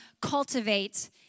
cultivate